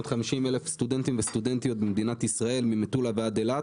ישראל, ממטולה ועד אילת.